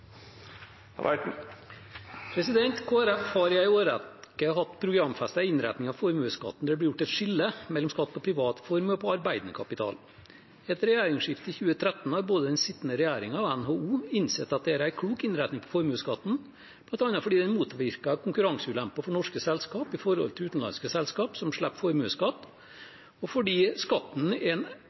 gjort et skille mellom skatt på privat formue og på arbeidende kapital. Etter regjeringsskiftet i 2013 har både den sittende regjeringen og NHO innsett at dette er en klok innretning av formuesskatten, bl.a. fordi den motvirker konkurranseulemper for norske selskaper i forhold til utenlandske selskap som slipper formuesskatt, og fordi skatten er en